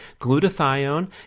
glutathione